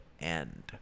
end